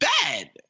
bad